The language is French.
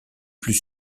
plus